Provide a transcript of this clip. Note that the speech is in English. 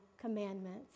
commandments